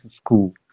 School